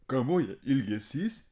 kamuoja ilgesys